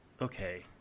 okay –